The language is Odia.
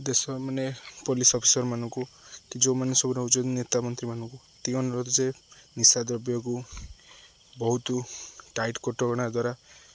ଦେଶ ମାନେ ପୋଲିସ୍ ଅଫିସର୍ମାନଙ୍କୁ କି ଯେଉଁମାନେ ସବୁ ରହୁଚନ୍ତି ନେତା ମନ୍ତ୍ରୀମାନାନଙ୍କୁ ଏତିକି ଅନୁରୋଧ ଯେ ନିଶା ଦ୍ରବ୍ୟକୁ ବହୁତୁ ଟାଇଟ୍ କଟକଣା ଦ୍ୱାରା